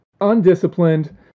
undisciplined